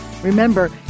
Remember